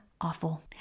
Awful